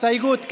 הסתייגות מס'